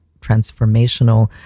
transformational